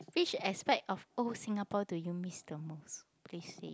which aspect of old Singapore do you miss the most please say it